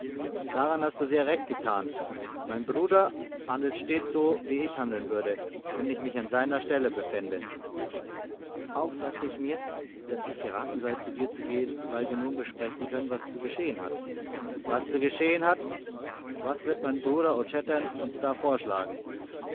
daran hast du sehr recht getan mein bruder handelt stets so wie ich handeln würde wenn ich mich an seiner stelle befände auch sagte ich mir daß es geraten sei zu dir zu gehen weil wir nun besprechen können was zu geschehen hat was zu geschehen hat was wird mein bruder old shatterhand uns da vorschlagen